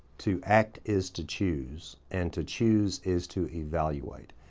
to act is to choose. and to choose is to evaluate.